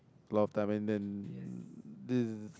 a lot of time and then this is